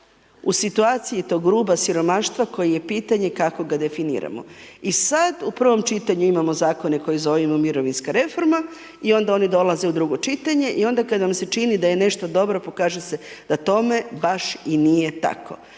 u situaciji tog ruba siromaštva koji je pitanje kako ga definiramo. I sad u prvom čitanju imamo zakone koje zovemo mirovinska reforma i onda oni dolaze u drugo čitanje i onda kad vam se čini da je nešto dobro pokaže se da tome baš i nije tako.